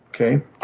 Okay